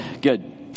Good